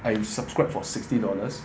I subscribed for sixty dollars